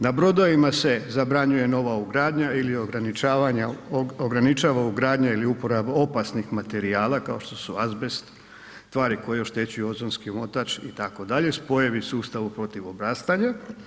Na brodovima se zabranjuje nova ugradnja ili ograničavanje, ograničava ugradnja ili uporaba opasnih materijala kao što su azbest, tvari koje oštećuju ozonski omotač itd., spojevi u sustavu protiv obrastanja.